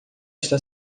está